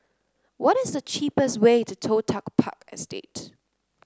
what is the cheapest way to Toh Tuck Park Estate